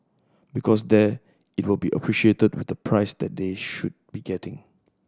because there it will be appreciated with the price that they should be getting